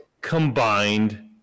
combined